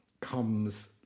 comes